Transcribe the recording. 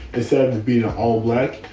instead of it being an all black.